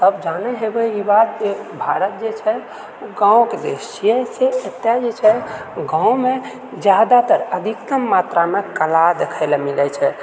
सब जानैत हेबै ई बात जे भारत जे छै ओ गाँवके देश छिऐ तेंँ एतऽ जे छै गाँवमे जादातर अधिकतम मात्रामे कला देखए लए मिलैत छै